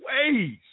ways